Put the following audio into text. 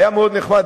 היה מאוד נחמד,